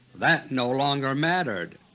that no longer mattered.